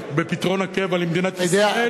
בפתרון הקבע למדינת ישראל,